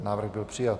Návrh byl přijat.